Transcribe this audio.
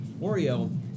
Oreo